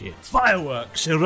Fireworks